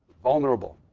vulnerable,